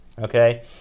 okay